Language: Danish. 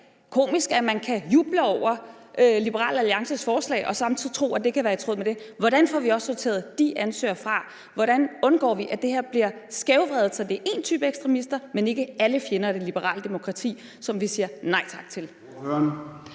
altså at man kan juble over Liberal Alliances forslag og samtidig tro, at det kan være i tråd med det. Hvordan får vi også sorteret de ansøgere fra? Hvordan undgår vi, at det her bliver skævvredet, sådan at det er én type ekstremister, men ikke alle fjender af det liberale demokrati, som vi siger nej tak til?